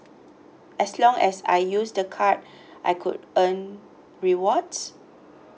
as long as I use the card I could earn rewards